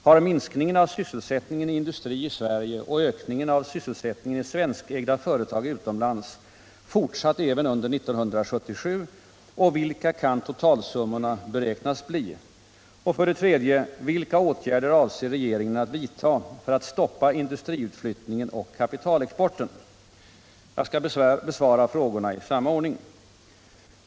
Har minskningen av sysselsättningen i industri i Sverige och ökningen av sysselsättningen i svenskägda företag utomlands fortsatt även under 1977, och vilka kan totalsummorna beräknas bli? Jag skall besvara frågorna i samma ordning.